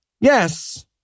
Yes